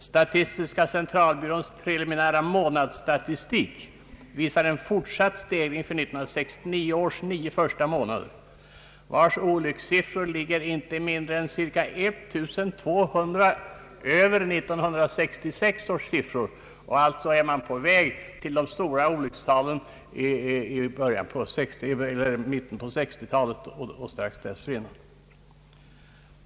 Statistiska centralbyråns preliminära månadsstatistik visar en fortsatt stegring för 1969 års nio första månader, vilkas olyckssiffror ligger inte mindre än cirka 1 200 över 1966 års motsvarande siffror. Man är därmed på väg till de stora olyckstalen i mitten på 60-talet och strax dessförinnan.